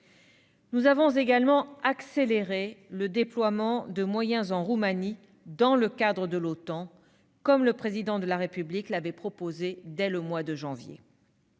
nous avons accéléré le déploiement de moyens en Roumanie dans le cadre de l'OTAN, comme le Président de la République l'avait proposé dès le mois de janvier